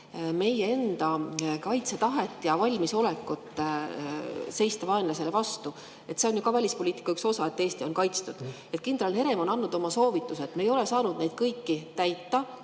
meie enda kaitsetahet ja valmisolekut seista vaenlasele vastu. See on ju ka välispoliitika üks osa, et Eesti on kaitstud. Kindral Herem on andnud oma soovitused. Me ei ole saanud neid kõiki täita.